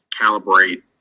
calibrate